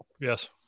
Yes